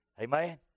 Amen